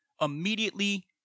immediately